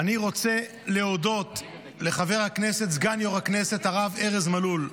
אני רוצה להודות לחבר הכנסת סגן יו"ר הכנסת הרב ארז מלול,